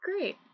Great